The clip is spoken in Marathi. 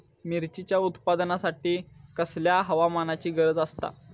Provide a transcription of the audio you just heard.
मिरचीच्या उत्पादनासाठी कसल्या हवामानाची गरज आसता?